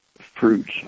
fruits